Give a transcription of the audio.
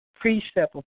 precept